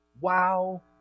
Wow